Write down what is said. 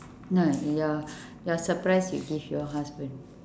no your your surprise you give your husband